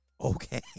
okay